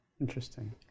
interesting